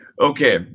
Okay